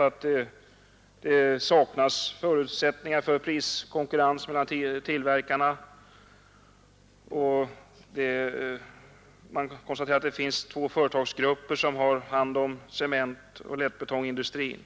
att det saknas förutsättningar för priskonkurrens mellan tillverkarna och att två företagsgrupper har hand om cementoch lättbetongindustrin.